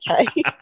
okay